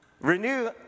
Renew